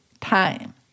time